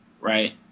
Right